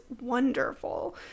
wonderful